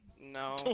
No